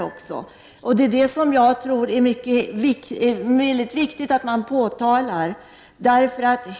Jag tycker det är viktigt att påtala detta.